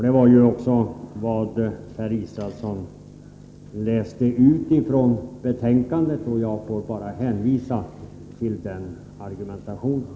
Det var också vad Per Israelsson läste ut av betänkandet. Jag får hänvisa till den argumentationen.